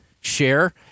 share